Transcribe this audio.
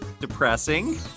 depressing